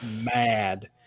mad